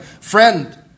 friend